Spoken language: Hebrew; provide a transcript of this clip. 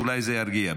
אולי זה ירגיע.